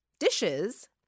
Dishes